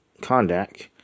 Kondak